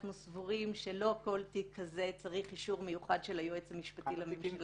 אנחנו סבורים שלא כל תיק כזה צריך אישור מיוחד של היועץ המשפטי לממשלה.